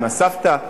עם הסבתא,